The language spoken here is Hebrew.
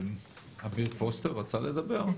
אמיר פוסטר רצה לדבר?